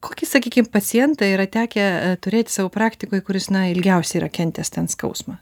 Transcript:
kokį sakykim pacientą yra tekę turėti savo praktikoj kuris na ilgiausiai yra kentęs ten skausmą